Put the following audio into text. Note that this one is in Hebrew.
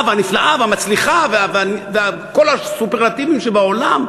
והנפלאה והמצליחה וכל הסופרלטיבים שבעולם,